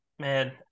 man